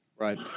Right